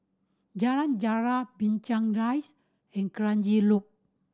Jalan Jarak Binchang Rise and Kranji Loop